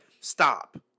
stop